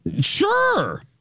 Sure